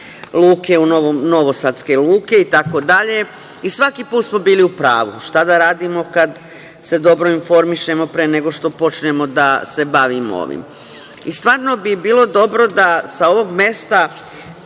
prodaji novosadske luke, itd. I svaki put smo bili u pravu. Šta da radimo kad se dobro informišemo pre nego što počnemo da se bavimo ovim. Stvarno bi bilo dobro da sa ovog mesta